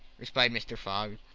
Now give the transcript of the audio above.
responded mr. fogg.